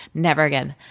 never again,